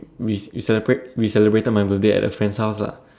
we we celebrate we celebrated my birthday at a friend's house lah